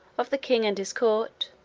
of the king and his court.